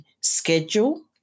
schedule